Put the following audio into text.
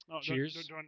Cheers